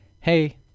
hey